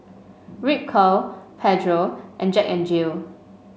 Ripcurl Pedro and Jack N Jill